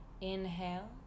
Inhale